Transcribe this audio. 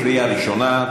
קריאה ראשונה,